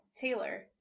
Taylor